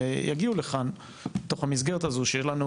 יגיעו לכאן בתוך המסגרת הזו שלנו,